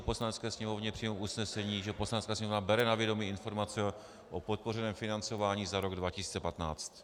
Poslanecké sněmovně přijmout usnesení, že Poslanecká sněmovna bere na vědomí Informaci o podpořeném financování za rok 2015.